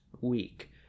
week